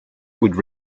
could